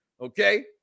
Okay